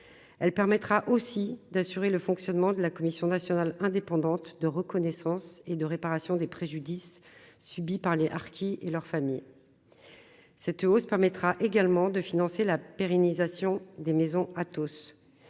elle permettra aussi d'assurer le fonctionnement de la Commission nationale indépendante de reconnaissance et de réparation des préjudices subis par les harkis et leurs familles, cette hausse permettra également de financer la pérennisation des maisons à